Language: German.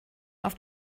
auf